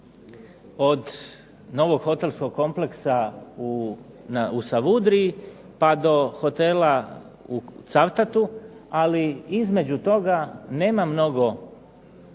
Od novog hotelskog kompleksa u Savudriji, pa do hotela u Cavtatu, ali između toga nema mnogo